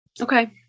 Okay